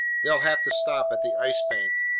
they'll have to stop at the ice bank.